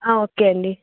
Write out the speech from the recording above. okay అండి